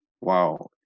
wow